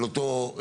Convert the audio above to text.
של אותו,